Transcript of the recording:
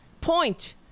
point